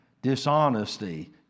dishonesty